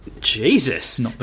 Jesus